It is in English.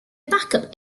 backup